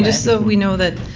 ah so we know that